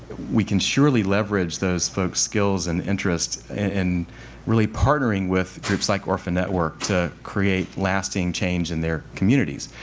we can surely leverage those folks' skills and interests, and really partnering with groups like orphanetwork to create lasting change in their communities.